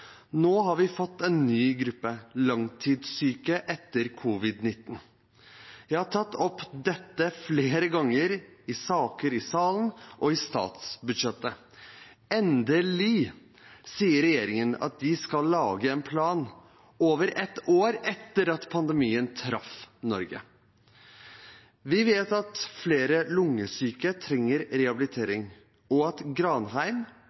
Nå har vi fått en ny gruppe langtidssyke etter covid-19. Jeg har tatt opp dette flere ganger i saker i salen og i forbindelse med statsbudsjettet. Endelig sier regjeringen at de skal lage en plan – over et år etter at pandemien traff Norge. Vi vet at flere lungesyke trenger rehabilitering, og at Granheim